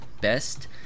best